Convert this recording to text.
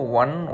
one